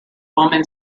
woman